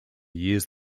years